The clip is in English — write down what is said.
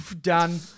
Done